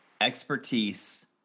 expertise